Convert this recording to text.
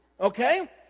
Okay